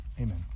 amen